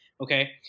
Okay